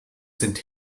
sind